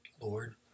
Lord